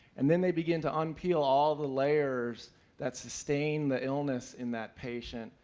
and then they begin to unpeel all the layers that sustain the illness in that patient,